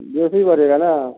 यह भी बढ़ेगा ना